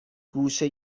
گوشه